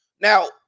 Now